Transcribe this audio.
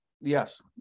yes